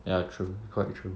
ya true quite true